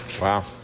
Wow